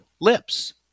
lips